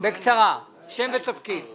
אפשר אלא שהשוק הפרטי יבנה.